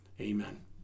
Amen